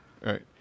right